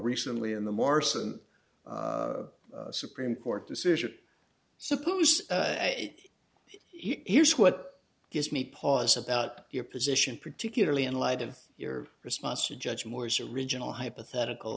recently in the morrison supreme court decision suppose he is what gives me pause about your position particularly in light of your response to judge moore's original hypothetical